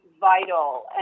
vital